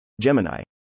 Gemini